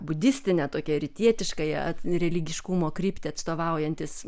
budistinę tokia rytietiškąją religiškumo kryptį atstovaujantys